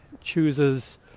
chooses